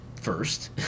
first